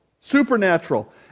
Supernatural